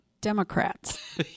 democrats